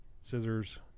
scissors